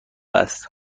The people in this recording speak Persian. است